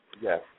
Yes